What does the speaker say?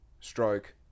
stroke